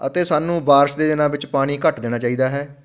ਅਤੇ ਸਾਨੂੰ ਬਾਰਿਸ਼ ਦੇ ਦਿਨਾਂ ਵਿੱਚ ਪਾਣੀ ਘੱਟ ਦੇਣਾ ਚਾਹੀਦਾ ਹੈ